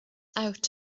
out